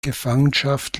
gefangenschaft